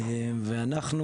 ואנחנו,